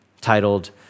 titled